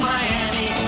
Miami